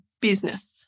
business